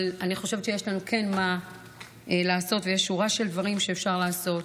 אבל אני חושבת שכן יש לנו מה לעשות ויש שורה של דברים שאפשר לעשות,